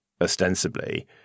ostensibly